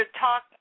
talk